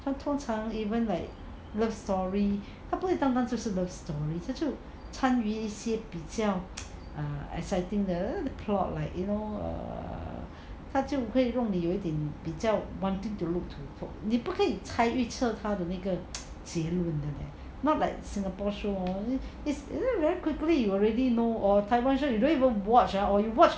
他通常 even like love story 他不会单单就是 love story 他就参与一些比较 exciting the plot like you know err 他就会弄你有点比较你不可以参与他的那个结论的 leh not like singapore show hor it's very quickly you already know or taiwan show ah you don't even watch ah or you watch